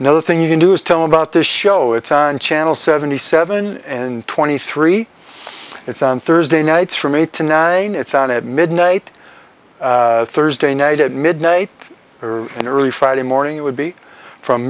another thing you can do is tell about the show it's on channel seventy seven and twenty three it's on thursday nights from eight to nine it's on at midnight thursday night at midnight and early friday morning it would be from